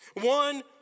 One